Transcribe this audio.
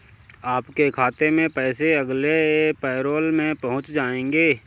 आपके खाते में पैसे अगले पैरोल में पहुँच जाएंगे